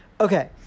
Okay